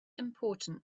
important